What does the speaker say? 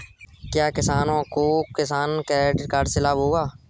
क्या छोटे किसानों को किसान क्रेडिट कार्ड से लाभ होगा?